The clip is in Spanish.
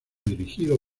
dirigido